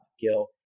Gil